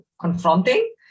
confronting